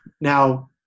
Now